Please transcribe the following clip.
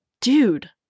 dude